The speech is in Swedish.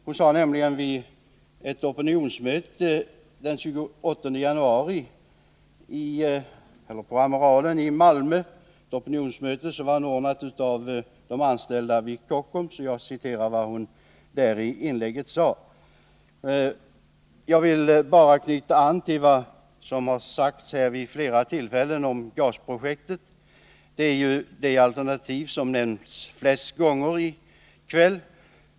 Hon sade nämligen följande vid ett opinionsmöte som var anordnat av de anställda vid Kockums den 28 januari och som hölls på Amiralen i Malmö: ”Jag vill bara knyta an till vad som har sagts här vid flera tillfällen om gasprojektet. Det är ju det alternativ som nämnts i kväll flest gånger.